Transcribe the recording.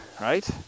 right